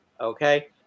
Okay